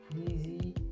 easy